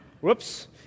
Whoops